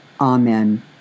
Amen